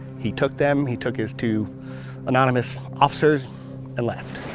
he took them, he took his two anonymous officers and left.